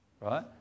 right